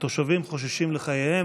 התושבים חוששים לחייהם.